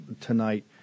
tonight